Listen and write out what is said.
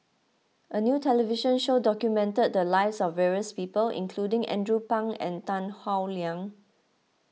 a new television show documented the lives of various people including Andrew Phang and Tan Howe Liang